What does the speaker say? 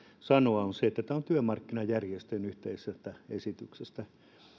sanoa ja se on se että tämä on työmarkkinajärjestöjen yhteisestä esityksestä